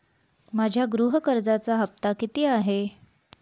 माझ्या गृह कर्जाचा हफ्ता किती आहे?